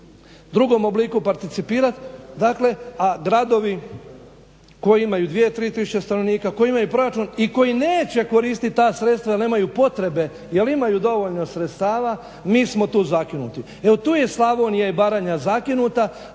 drugom obliku participirat a gradovi koji imaju 2, 3 tisuće stanovnika koji imaju proračun i koji neće koristiti ta sredstva jer nemaju potrebe jel imaju dovoljno sredstava, mi smo tu zakinuti. Evo tu je Slavonija i Baranja zakinuta